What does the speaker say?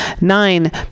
Nine